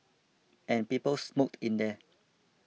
and people smoked in there